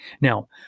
Now